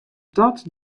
dat